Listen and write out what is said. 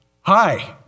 Hi